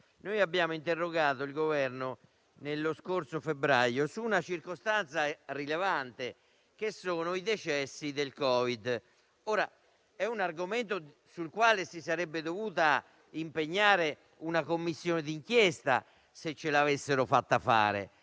che abbiamo presentato al Governo nello scorso febbraio su una circostanza rilevante come i decessi da Covid. Si tratta di un argomento sul quale si sarebbe dovuta impegnare una Commissione d'inchiesta, se ce l'avessero lasciata